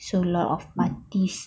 so a lot of parties